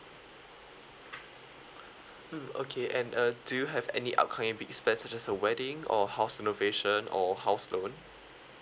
mm okay and uh do you have any upcoming big spend such as a wedding or house renovation or house loan